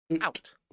out